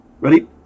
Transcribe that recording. Ready